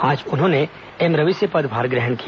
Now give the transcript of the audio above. आज उन्होंने एम रवि से पदभार ग्रहण किया